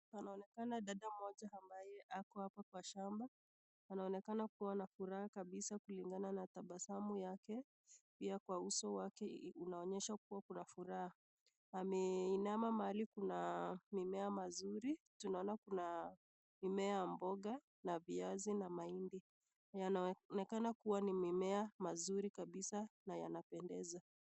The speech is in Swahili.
Anaonekana dada mmoja mabaye ako hapa kwa shamba. Anaonekana kuwa na furaha kabisa kilingana na tabasamu yake, pia kwa uso wake unaonyesha kuwa kuna furaha, ameinama mahali kuna mimea mizuri. Tunaona kuna mimea ya mboga, viazi na mahindi. Inaonekana kuwa ni mimea mizuri kabisa na yakupendeza.